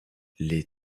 les